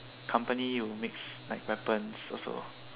company who makes like weapons also